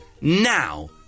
now